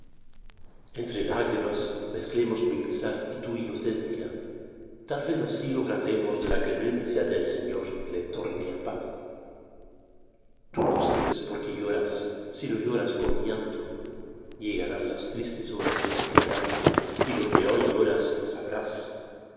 entre lágrimas mezclemos mi pesar y tu inocencia tal vez así lograremos de la clemencia del señor le torne á paz tú no sabes porque lloras si no lloras por mi llanto llegarán las tristes horas de tu quebranto y lo que hoy lloras sabrás